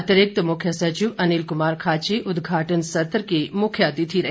अतिरिक्त मुख्य सचिव अनिल कुमार खाची उद्घाटन सत्र के मुख्य अतिथि रहे